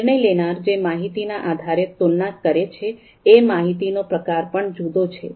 નિર્ણય લેનાર જે માહિતી ના આધારે તુલના કરે છે એ માહિતી નો પ્રકાર પણ જુદો છે